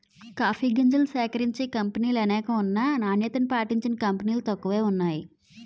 coffee గింజల్ని సేకరించిన కంపినీలనేకం ఉన్నా నాణ్యత పాటించిన కంపినీలు తక్కువే వున్నాయి